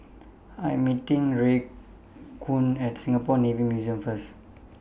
I Am meeting Raekwon At Singapore Navy Museum First